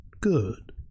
Good